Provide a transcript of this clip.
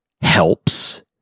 helps